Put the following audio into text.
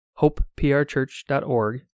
hopeprchurch.org